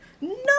no